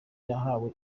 zahawe